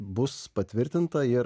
bus patvirtinta ir